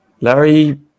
Larry